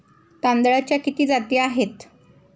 तांदळाच्या किती जाती आहेत?